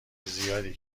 زیادی